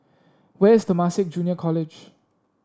where is Temasek Junior College